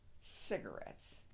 cigarettes